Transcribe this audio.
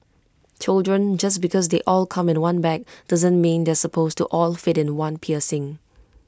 children just because they all come in one bag doesn't mean they are supposed to all fit in one piercing